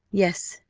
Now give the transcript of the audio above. yes,